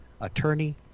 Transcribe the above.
Attorney